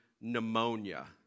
pneumonia